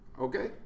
okay